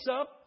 up